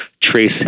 trace